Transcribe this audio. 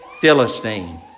Philistine